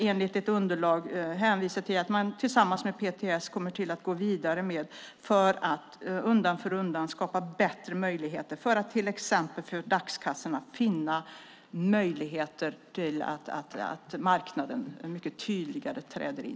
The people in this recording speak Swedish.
Enligt ett underlag hänvisar man till att man tillsammans med PTS kommer att gå vidare för att undan för undan skapa bättre möjligheter, till exempel för att när det gäller dagskassorna finna möjligheter så att marknaden mycket tydligare träder in.